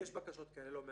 ויש לא בקשות כאלה.